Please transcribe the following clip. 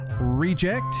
Reject